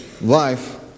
life